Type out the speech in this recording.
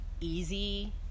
easy